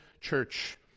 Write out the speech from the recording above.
church